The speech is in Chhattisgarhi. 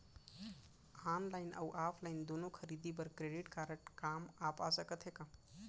ऑनलाइन अऊ ऑफलाइन दूनो खरीदी बर क्रेडिट कारड काम आप सकत हे का?